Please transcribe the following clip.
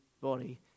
body